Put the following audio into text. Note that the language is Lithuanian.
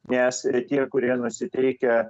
nes ir tie kurie nusiteikę